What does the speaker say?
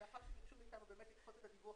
מאחר וביקשו מאתנו לדחות את הדיווח